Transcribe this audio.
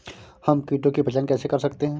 हम कीटों की पहचान कैसे कर सकते हैं?